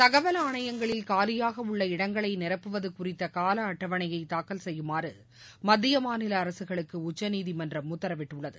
தகவல் ஆணையங்களில் காலியாக உள்ள இடங்களை நிரப்புவது குறித்த கால அட்டவணையை தாக்கல் செய்யுமாறு மத்திய மாநில அரசுகளுக்கு உச்சநீதிமன்றம் உத்தரவிட்டுள்ளளது